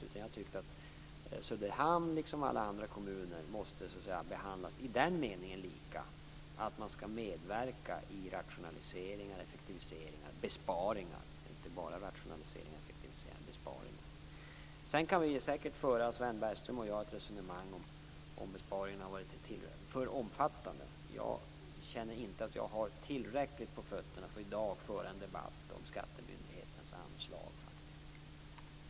Jag har tyckt att Söderhamn, liksom alla andra kommuner, måste behandlas lika i den meningen att man skall medverka i rationaliseringar, effektiviseringar och besparingar. Det handlar inte bara om rationaliseringar och effektiviseringar, utan också om besparingar. Sedan kan Sven Bergström och jag säkert föra ett resonemang om huruvida besparingen har varit för omfattande. Jag känner att jag inte har tillräckligt på fötterna i dag för att föra en debatt om skattemyndighetens anslag.